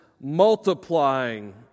multiplying